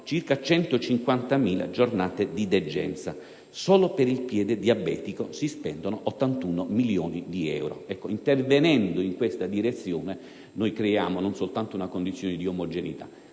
circa 150.000 giornate di degenza; solo per il piede diabetico si spendono 81 milioni di euro. Pertanto, intervenendo in questa direzione, non soltanto creiamo una condizione di omogeneità,